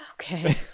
Okay